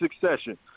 Succession